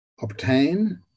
obtain